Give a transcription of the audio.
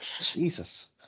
Jesus